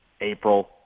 April